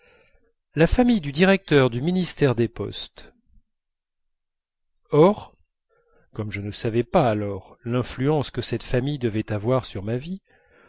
la famille du directeur du ministère des postes or comme je ne savais pas alors l'influence que cette famille devait avoir sur ma vie